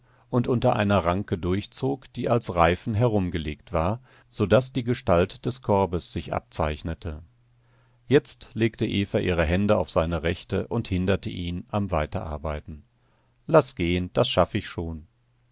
und unter einer ranke durchzog die als reifen herumgelegt war so daß die gestalt des korbes sich abzeichnete jetzt legte eva ihre hände auf seine rechte und hinderte ihn am weiterarbeiten laß gehen das schaff ich schon